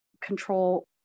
control